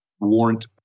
warrant